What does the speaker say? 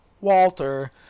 Walter